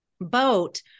boat